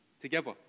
together